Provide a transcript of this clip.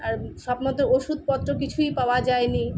আর সব মতো ওষুধপত্র কিছুই পাওয়া যায়নি